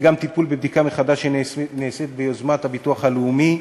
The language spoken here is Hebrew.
טיפול בבדיקה מחדש שנעשית ביוזמת הביטוח הלאומי,